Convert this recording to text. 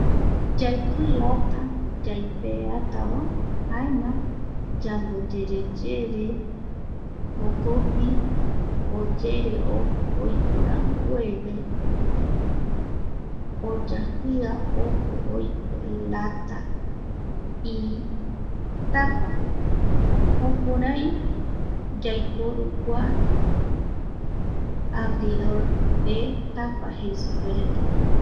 Yaipi lata yaipeatava jaema yamboyereyere jokogui oyere ojo oiko rambueve oyajia ojo oiko lata itapa jukurai yaiporu kua abridor de tapa jei superetava